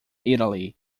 italy